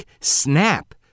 Snap